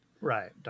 right